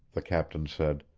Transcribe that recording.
the captain said.